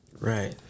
Right